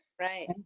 Right